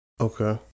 okay